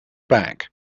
back